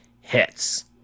hits